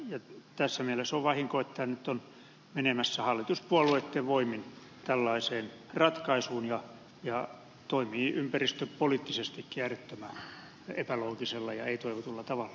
tässä mielessä on vahinko että nyt ollaan menemässä hallituspuolueitten voimin tällaiseen ratkaisuun joka toimii ympäristöpoliittisestikin äärettömän epäloogisella ja ei toivotulla tavalla